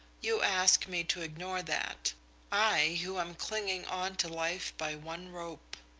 you ask me to ignore that i, who am clinging on to life by one rope.